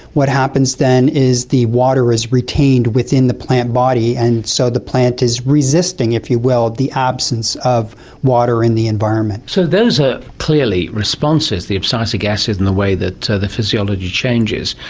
what happens then is the water is retained within the plant body, and so the plant is resisting, if you will, the absence of water in the environment. so those are clearly responses, the abscisic acid and the way that the physiology changes.